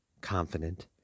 confident